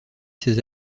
ses